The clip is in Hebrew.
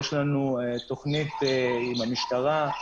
יש לנו תכנית עם המשטרה,